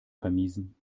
vermiesen